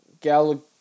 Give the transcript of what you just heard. Gal